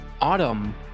Autumn